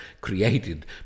created